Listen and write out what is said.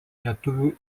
lietuvių